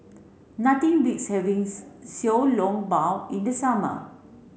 nothing beats having Xiao Long Bao in the summer